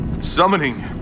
summoning